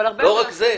אבל הרבה --- לא רק זה,